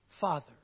Father